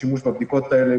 לשימוש בבדיקות האלה.